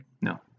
no